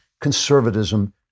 conservatism